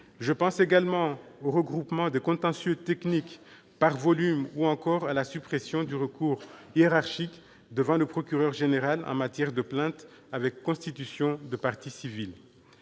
Je pense également au regroupement des contentieux techniques par volume ou encore à la suppression du recours hiérarchique devant le procureur général en matière de plainte avec constitution de partie civile.